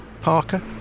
Parker